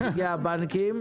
הבנקים,